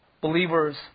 believers